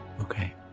Okay